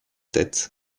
têtes